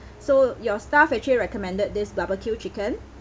so your staff actually recommended this barbecue chicken